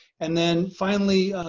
and then finally,